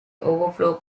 overflow